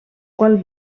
qual